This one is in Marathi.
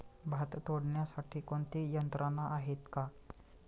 भात तोडण्यासाठी कोणती यंत्रणा आहेत का?